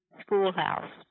schoolhouse